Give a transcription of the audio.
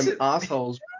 assholes